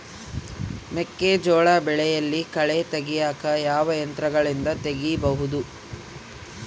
ಮೆಕ್ಕೆಜೋಳ ಬೆಳೆಯಲ್ಲಿ ಕಳೆ ತೆಗಿಯಾಕ ಯಾವ ಯಂತ್ರಗಳಿಂದ ತೆಗಿಬಹುದು?